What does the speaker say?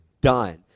done